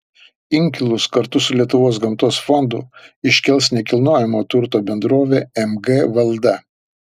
inkilus kartu su lietuvos gamtos fondu iškels nekilnojamojo turto bendrovė mg valda